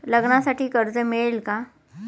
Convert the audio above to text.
लग्नासाठी कर्ज मिळेल का?